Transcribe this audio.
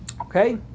Okay